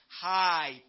high